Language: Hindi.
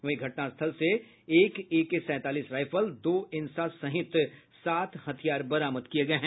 वहीं घटनास्थल से एक एके सैंतालीस राइफल दो इंसास सहित सात हथियार बरामद किये गये हैं